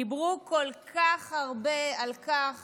דיברו כל כך הרבה על כך